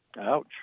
Ouch